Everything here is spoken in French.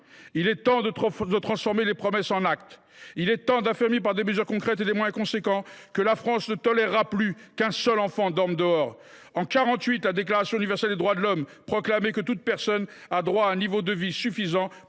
Il est temps de transformer les promesses en actes. Il est temps d’affirmer, par des mesures concrètes et des moyens à la hauteur, que la France ne tolérera plus qu’un seul enfant dorme dehors. En 1948, la Déclaration universelle des droits de l’homme proclamait que « toute personne a droit à un niveau de vie suffisant